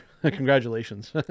Congratulations